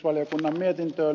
herra puhemies